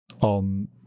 on